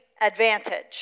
advantage